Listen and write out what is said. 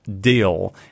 deal